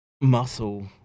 muscle